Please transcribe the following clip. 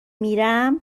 میرم